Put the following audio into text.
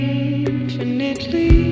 Infinitely